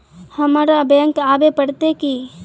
हमरा बैंक आवे पड़ते की?